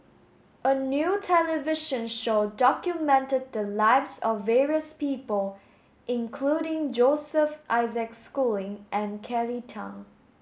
a new television show documented the lives of various people including Joseph Isaac Schooling and Kelly Tang